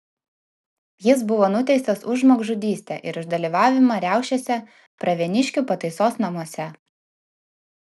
jis buvo nuteistas už žmogžudystę ir už dalyvavimą riaušėse pravieniškių pataisos namuose